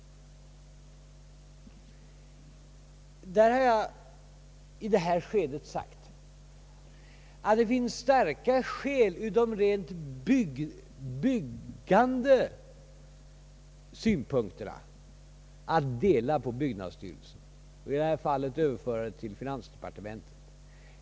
Där har jag i detta skede sagt att det finns starka skäl ur de rena byggsynpunkterna att dela på byggnadsstyrelsen och i detta fall överföra planarbetet till finansdepartementet.